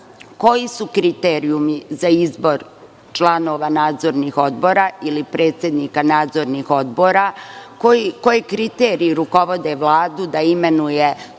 koji su kriterijumi za izbor članova nadzornih odbora ili predsednika nadzornih odbora, koji kriteriji rukovode Vladu da imenuje